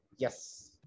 Yes